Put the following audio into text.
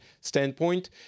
standpoint